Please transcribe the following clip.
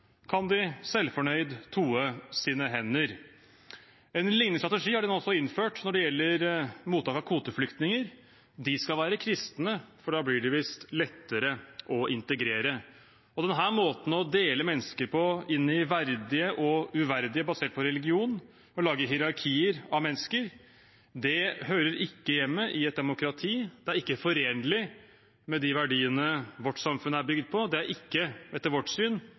kan de selvfornøyd toe sine hender. En lignende strategi har de også innført når det gjelder mottak av kvoteflyktninger – de skal være kristne, for da blir de visst lettere å integrere. Denne måten å dele inn mennesker i verdige og uverdige kategorier på basert på religion, og å lage hierarkier av mennesker, hører ikke hjemme i et demokrati. Det er ikke forenlig med de verdiene vårt samfunn er bygd på. Det er ikke, etter vårt syn,